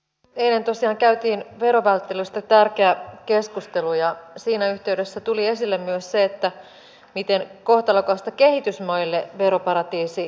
eilen tosiaan käytiin verovälttelystä tärkeä keskustelu ja siinä yhteydessä tuli esille myös se miten kohtalokasta kehitysmaille veroparatiisitalous on